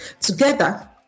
Together